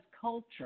culture